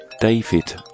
David